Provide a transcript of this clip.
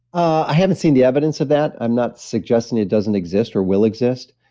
i haven't seen the evidence of that. i'm not suggesting it doesn't exist or will exist,